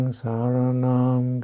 saranam